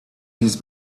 his